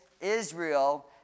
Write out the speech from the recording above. Israel